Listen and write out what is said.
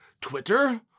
Twitter